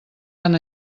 tan